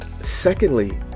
Secondly